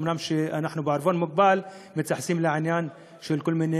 אומנם אנחנו בעירבון מוגבל מתייחסים לעניין של כל מיני,